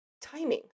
Timing